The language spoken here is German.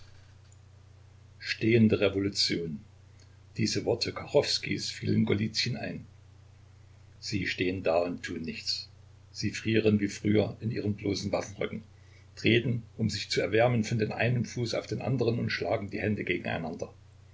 stehende revolution diese worte kachowskijs fielen golizyn ein sie stehen da und tun nichts sie frieren wie früher in ihren bloßen waffenröcken treten um sich zu erwärmen von dem einen fuß auf den anderen und schlagen die hände gegeneinander